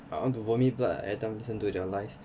I want to vomit blood everytime listen to their lies